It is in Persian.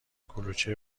کلوچه